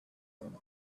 him